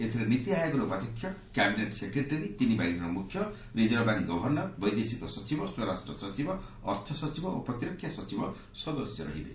ଏଥିରେ ନୀତି ଆୟୋଗର ଉପାଧ୍ୟକ୍ଷ କ୍ୟାବିନେଟ୍ ସେକ୍ରେଟାରୀ ତିନି ବାହିନୀର ମୁଖ୍ୟ ରିଜର୍ଭବ୍ୟାଙ୍କର ଗଭର୍ଣ୍ଣର ବୈଦେଶିକ ସଚିବ ସ୍ୱରାଷ୍ଟ୍ର ସଚିବ ଅର୍ଥସଚିବ ଓ ପ୍ରତିରକ୍ଷା ସଚିବ ସଦସ୍ୟ ରହିବେ